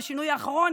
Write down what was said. בשינוי האחרון,